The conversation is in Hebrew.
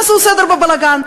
תעשו סדר בבלגן,